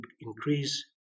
increase